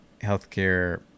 healthcare